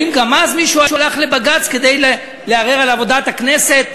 האם גם אז מישהו הלך לבג"ץ כדי לערער על עבודת הכנסת?